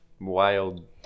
Wild